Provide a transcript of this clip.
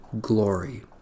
glory